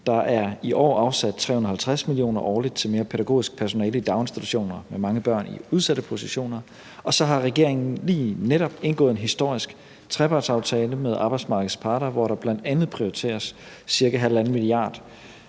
Der er i år afsat 350 mio. kr. årligt til mere pædagogisk personale i daginstitutioner med mange børn i udsatte positioner, og så har regeringen lige netop indgået en historisk trepartsaftale med arbejdsmarkedets parter, hvor der bl.a. prioriteres ca. 1½ mia.